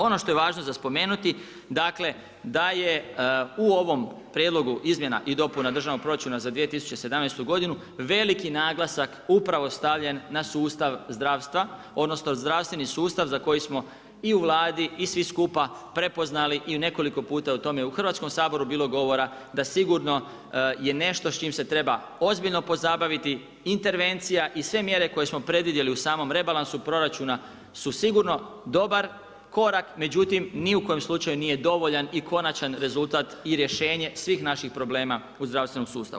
Ono što je važno za spomenuti, dakle, da je u ovom prijedlogu izmjena i dopuna državnog proračuna za 2017. g. veliki naglasak upravo stavljen na sustav zdravstva, odnosno, zdravstveni sustav za koji smo i u Vladi i svi skupa prepoznali i u nekoliko puta u tome Hrvatskom saboru bilo govora da sigurno je nešto s čim se treba ozbiljno pozabaviti, intervencija i sve mjere koje smo predvidjeli u samom rebalansu proračuna su sigurno dobar korak međutim ni u kojem slučaju nije dovoljan i konačan rezultat i rješenje svih naših problema u zdravstvenom sustavu.